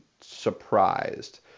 surprised—